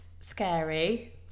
scary